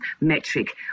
metric